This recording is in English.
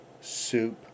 soup